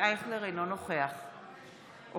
אינו נוכח ישראל אייכלר,